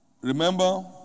Remember